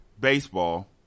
baseball